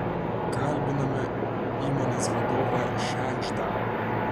kalbinome įmonės vadovą šegždą